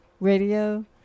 radio